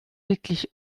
wirklich